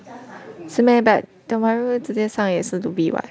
是 meh but Tiong Bahru 直接上也是 Dhoby [what]